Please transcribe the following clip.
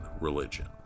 religion